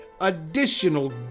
additional